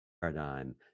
paradigm